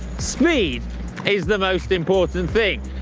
speed is the most important thing.